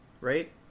right